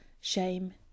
shame